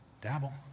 dabble